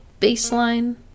baseline